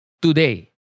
today